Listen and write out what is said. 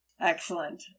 Excellent